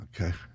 Okay